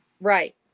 Right